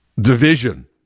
division